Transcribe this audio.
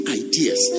ideas